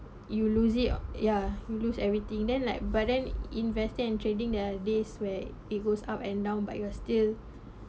you lose it or ya you lose everything then like but then investing and trading there are this where it goes up and down but you are still